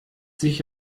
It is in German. sich